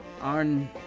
on